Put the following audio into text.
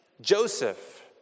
Joseph